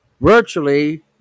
virtually